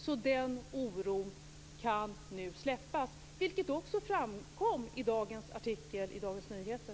Så den oron kan nu släppas, vilket också framkom i dagens artikel i Dagens Nyheter.